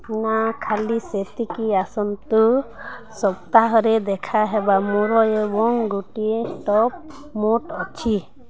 ନା ଖାଲି ସେତିକି ଆସନ୍ତା ସପ୍ତାହରେ ଦେଖା ହେବ ମୋର ଏବେ ଗୋଟିଏ ଷ୍ଟାଫ୍ ମିଟିଂ ଅଛି